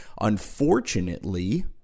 Unfortunately